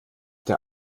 der